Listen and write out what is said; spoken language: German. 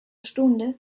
stunde